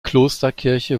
klosterkirche